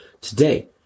Today